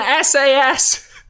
SAS